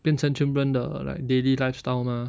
变成全部人的 like daily lifestyle mah